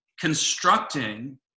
constructing